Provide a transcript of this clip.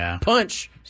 punch